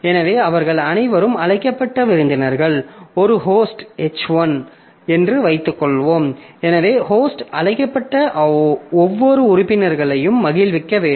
எனவே அவர்கள் அனைவரும் அழைக்கப்பட்ட விருந்தினர்கள் ஒரு ஹோஸ்ட் H1 என்று வைத்துக்கொள்வோம் எனவே ஹோஸ்ட் அழைக்கப்பட்ட ஒவ்வொரு உறுப்பினர்களையும் மகிழ்விக்க வேண்டும்